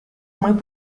muy